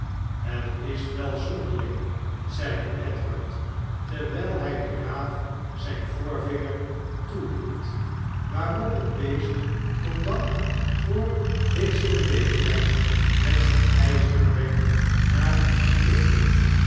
het is wel zonderling zeide edward terwijl hij den raaf zijn voorvinger toehield waarop het beest tot dank voor deze beleefdheid met zijn ijzeren bek naar hem pikte